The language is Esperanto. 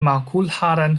makulharan